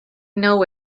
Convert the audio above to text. know